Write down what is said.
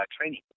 training